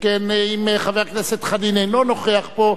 שכן אם חבר הכנסת חנין אינו נוכח פה,